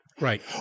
Right